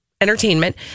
entertainment